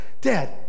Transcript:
dad